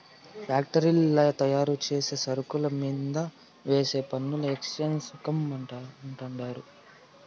ఫ్యాక్టరీల్ల తయారుచేసే సరుకుల మీంద వేసే పన్నుని ఎక్చేంజ్ సుంకం అంటండారు